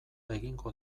egingo